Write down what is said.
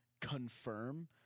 confirm